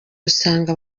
usanga